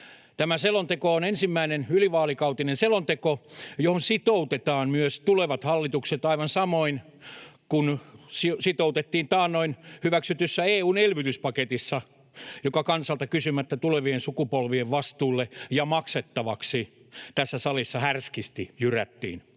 Tämä selonteko on ensimmäinen ylivaalikautinen selonteko, johon sitoutetaan myös tulevat hallitukset aivan samoin kuin sitoutettiin taannoin hyväksytyssä EU:n elvytyspaketissa, joka kansalta kysymättä tulevien sukupolvien vastuulle ja maksettavaksi tässä salissa härskisti jyrättiin.